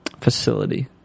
facility